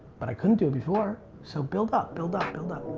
but i couldn't do it before. so build up, build up, build up.